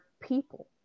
people